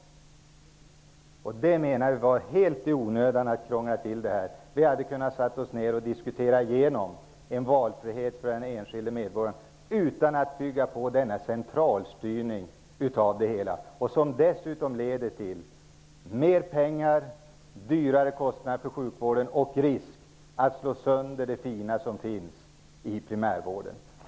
Det var helt onödigt att krångla till det. Vi hade kunnat sätta oss ner och diskutera igenom en valfrihet för den enskilde medborgaren utan att bygga upp en centralstyrning kring det hela, som dessutom leder till ökade kostnader för sjukvården och till en risk för att det fina som finns inom primärvården slås sönder.